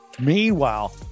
Meanwhile